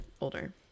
older